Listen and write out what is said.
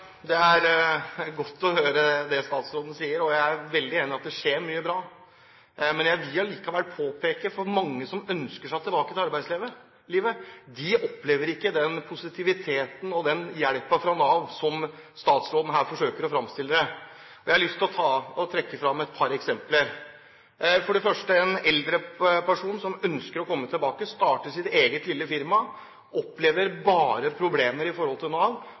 statsråden sier. Jeg er veldig enig i at det skjer mye bra, men jeg vil allikevel påpeke at mange som ønsker seg tilbake til arbeidslivet, ikke opplever den positiviteten og den hjelpen fra Nav som statsråden her forsøker å fremstille det som. Jeg har lyst til å trekke fram et par eksempler: For det første gjelder det en eldre person som ønsker å komme tilbake og starte opp sitt eget lille firma. Han opplever bare problemer i forhold til